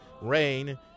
rain